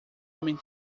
homem